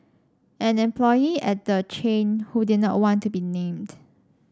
an employee at the chain who did not want to be named